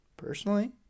Personally